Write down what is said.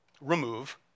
Remove